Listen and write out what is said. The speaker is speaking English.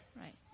right